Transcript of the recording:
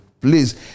Please